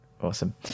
Awesome